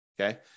Okay